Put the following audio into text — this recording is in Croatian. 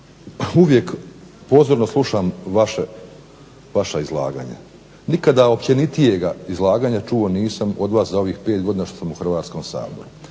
uvijek pozorno slušam vaša izlaganja. Nikada općenitijega izlaganja čuo nisam od vas za ovih pet godina što sam u Hrvatskom saboru,